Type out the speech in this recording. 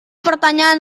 pertanyaan